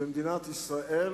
שמרחפת במדינת ישראל